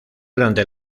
durante